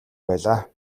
байлаа